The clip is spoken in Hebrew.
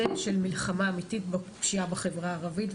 של מלחמה אמיתית בפשיעה בחברה הערבית,